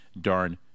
darn